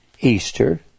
Easter